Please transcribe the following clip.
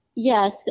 Yes